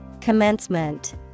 Commencement